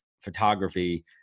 photography